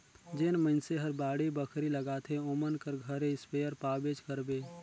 जेन मइनसे हर बाड़ी बखरी लगाथे ओमन कर घरे इस्पेयर पाबेच करबे